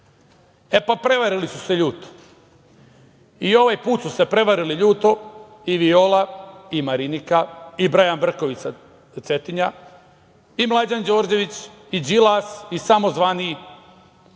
pa, prevarili su se ljuto i ovaj put su se prevarili ljuto i Viola i Marinika i Brajan Brković sa Cetinja i Mlađan Đorđević i Đilas i samozvani